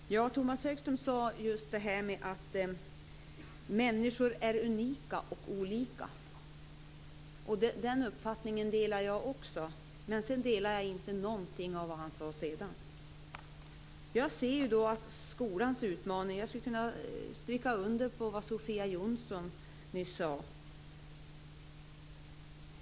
Fru talman! Tomas Högström sade att människor är unika och olika. Jag delar den uppfattningen. Men sedan delar jag inte uppfattningen i någonting som han sade. Jag skulle kunna stryka under vad Sofia Jonsson nyss sade.